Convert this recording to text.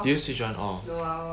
did you switch on all